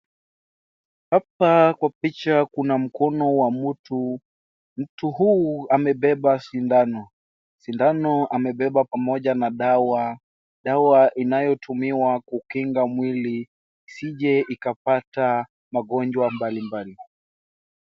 Hapa kwa picha kuna mkono wa mtu. Mtu huu amebeba sindano, sindano amebeba pamoja na dawa. Dawa inayotumiwa kukinga mwili isije ikapata magonjwa mbali mbali.